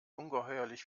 ungeheuerlich